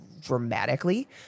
Dramatically